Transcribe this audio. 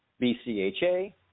BCHA